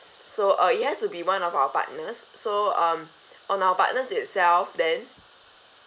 so uh it has to be one of our partners so um on our partners itself then